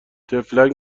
طفلک